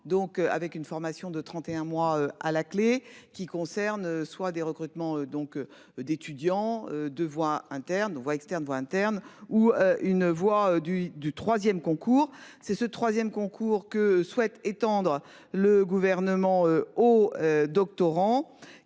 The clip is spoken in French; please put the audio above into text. donc avec une formation de 31 mois à la clé qui concernent soit des recrutements donc d'étudiants de voies interne ou externe ou interne ou une voix du du 3ème concours c'est ce troisième concours que souhaite étendre le gouvernement au. Doctorant